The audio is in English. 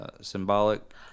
symbolic